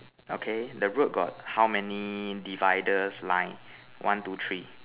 okay the road got how many dividers line one two three